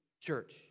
church